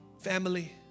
Family